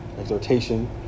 exhortation